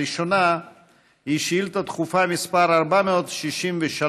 הראשונה היא שאילתה דחופה מס' 463,